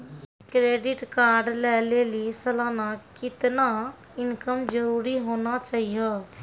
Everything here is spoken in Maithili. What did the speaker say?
क्रेडिट कार्ड लय लेली सालाना कितना इनकम जरूरी होना चहियों?